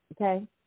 okay